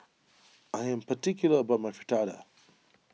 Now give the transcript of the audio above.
I am particular about my Fritada